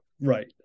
Right